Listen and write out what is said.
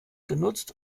genutzt